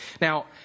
Now